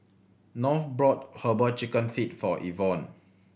North brought Herbal Chicken Feet for Ivonne